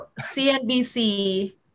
CNBC